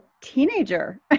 teenager